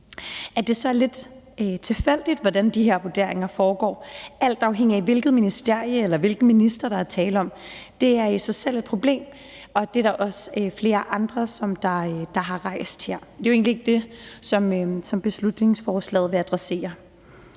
At det så er lidt tilfældigt, hvordan de her vurderinger foregår, alt afhængigt af hvilket ministerium og hvilken minister der er tale om, er i sig selv et problem, og det er der også flere andre, der har rejst her. Men det er egentlig ikke det, som beslutningsforslaget her vil adressere.